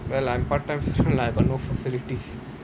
well I'm part time so I got no facilities